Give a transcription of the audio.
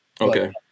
Okay